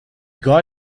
got